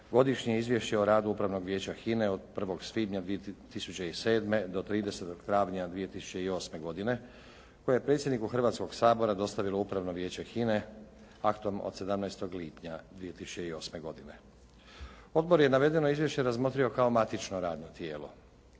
Godišnje izvješće o radu Upravnog vijeća HINA-e od 1. svibnja 2007. do 30. travnja 2008. godine koje je predsjedniku Hrvatskoga sabora dostavilo Upravno vijeće HINA-e aktom od 17. lipnja 2008. godine. Odbor je navedeno izvješće razmotrio kao matično radno tijelo.